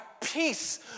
peace